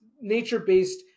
nature-based